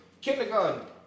Kindergarten